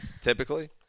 typically